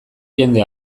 jende